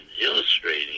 illustrating